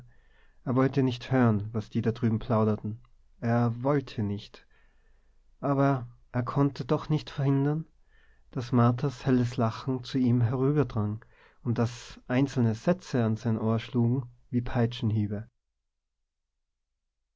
er wollte nicht hören was die da drüben plauderten er wollte nicht aber er konnte doch nicht hindern daß marthas helles lachen zu ihm herüberdrang und daß einzelne sätze an sein ohr schlugen wie peitschenhiebe